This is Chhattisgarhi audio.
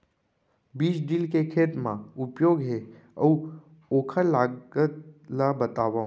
बीज ड्रिल के खेत मा का उपयोग हे, अऊ ओखर लागत ला बतावव?